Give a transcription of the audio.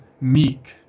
meek